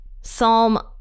Psalm